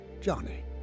Johnny